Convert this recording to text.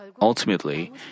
Ultimately